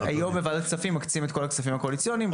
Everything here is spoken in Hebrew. היום בוועדת הכספים מקצים את כל הכספים הקואליציוניים,